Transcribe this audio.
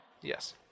Yes